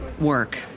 work